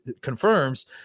confirms